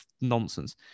nonsense